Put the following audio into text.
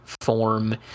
form